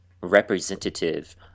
representative